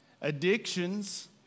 addictions